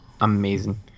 amazing